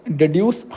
deduce